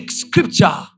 scripture